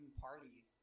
party